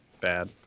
bad